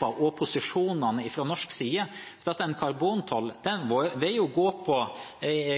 og posisjonene fra norsk side. For en karbontoll vil jo gå på